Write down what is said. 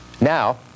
Now